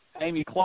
Amy